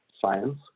science